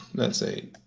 let's say,